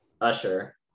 Usher